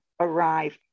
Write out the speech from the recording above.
arrived